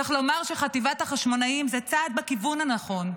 צריך לומר שחטיבת החשמונאים זה צעד בכיוון הנכון,